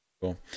Cool